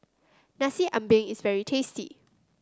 Nasi Ambeng is very tasty